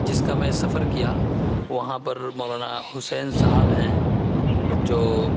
جس کا میں سفر کیا وہاں پر مولانا حسین صاحب ہیں جو